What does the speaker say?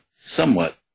somewhat